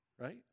Right